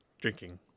drinking